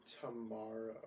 tomorrow